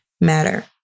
matter